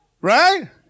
Right